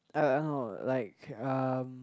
I I know like um